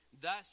Thus